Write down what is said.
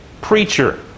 preacher